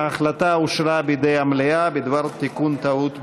ההחלטה אושרה בידי המליאה בדבר תיקון טעות בחוק.